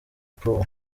pro